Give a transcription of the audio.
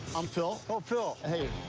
i'm phil. oh, phil. hey,